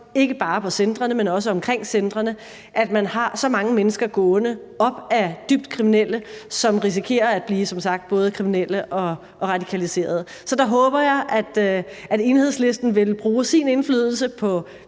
ikke bare på centrene, men også omkring centrene, at man har så mange mennesker gående op ad dybt kriminelle, der som sagt risikerer at blive både kriminelle og radikaliserede. Så der håber jeg, at Enhedslisten vil bruge sin indflydelse på